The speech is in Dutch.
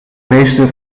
meester